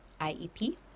IEP